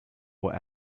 will